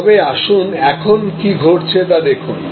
তবে আসুন এখন কী ঘটছে তা দেখুন